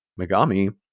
megami